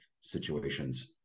situations